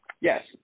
Yes